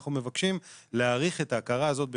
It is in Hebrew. אנחנו מבקשים להאריך את ההכרה הזאת בשנתיים.